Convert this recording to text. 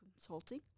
consulting